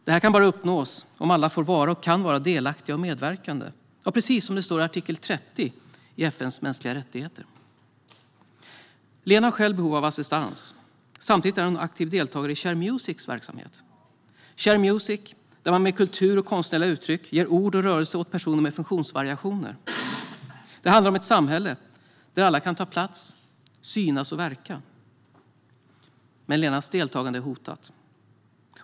Detta kan bara uppnås om alla får vara och kan vara delaktiga och medverkande, precis som det står i artikel 30 i FN:s konvention om mänskliga rättigheter. Lena har själv behov av assistans. Samtidigt är hon en aktiv deltagare i Share Musics verksamhet, där man med kultur och konstnärliga uttryck ger ord och rörelse åt personer med funktionsvariationer. Det handlar om ett samhälle där alla kan ta plats, synas och verka. Men Lenas deltagande är nu hotat.